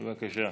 בבקשה,